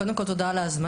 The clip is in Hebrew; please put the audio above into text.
קודם כול, תודה על ההזמנה.